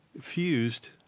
fused